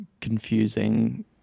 confusing